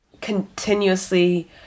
continuously